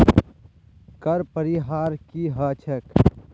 कर परिहार की ह छेक